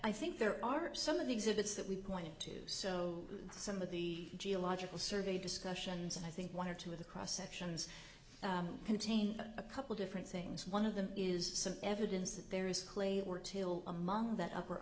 i think there are some of the exhibits that we point to so some of the geological survey discussions and i think one or two of the cross sections contain a couple different things one of them is some evidence that there is clay or till among that upper